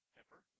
Pepper